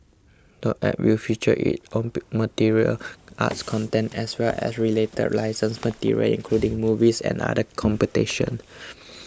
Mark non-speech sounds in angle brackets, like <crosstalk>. the App will feature its own martial arts <noise> content as well as related licensed material including movies and other competitions <noise>